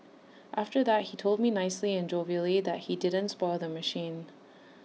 after that he told me nicely and jovially that he didn't spoil the machine